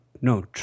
no